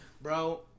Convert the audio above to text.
bro